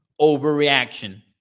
Overreaction